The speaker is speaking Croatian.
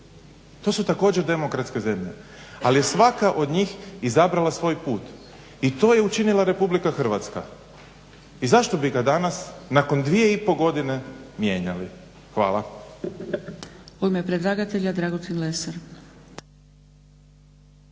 to su također demokratske zemlje, ali je svaka od njih izabrala svoj put. I to je učinila RH i zašto bi ga danas nakon dvije i pol godine mijenjali. Hvala. **Zgrebec, Dragica